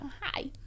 hi